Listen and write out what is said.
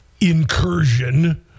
incursion